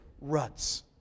ruts